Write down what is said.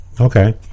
Okay